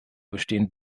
bestehen